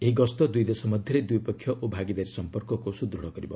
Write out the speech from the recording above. ଏହି ଗସ୍ତ ଦୂଇ ଦେଶ ମଧ୍ୟରେ ଦ୍ୱିପକ୍ଷିୟ ଓ ଭାଗିଦାରୀ ସମ୍ପର୍କକୁ ସୁଦୁଢ଼ କରିବ